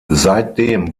seitdem